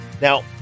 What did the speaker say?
Now